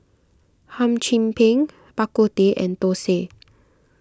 Hum Chim Peng Bak Kut Teh and Thosai